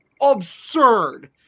absurd